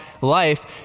life